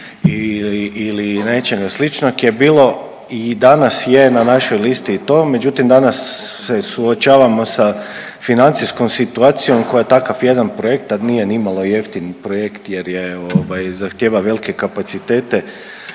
ili nečega sličnog je bilo i danas je na našoj listi i to. Međutim, danas se suočavamo sa financijskom situacijom koja takav jedan projekt a nije ni malo jeftin projekt jer zahtijeva velike kapacitete